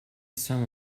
some